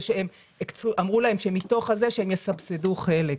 אמרו להם שמתוך זה הם יסבסדו חלק.